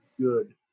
good